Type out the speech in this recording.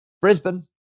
Brisbane